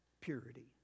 purity